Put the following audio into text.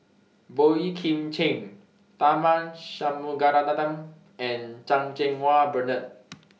Boey Kim Cheng Tharman Shanmugaratnam and Chan Cheng Wah Bernard